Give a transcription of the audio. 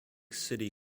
city